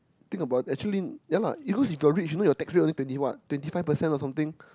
think about actually ya lah even if you got rich you know your tax rate only twenty what twenty five percent or something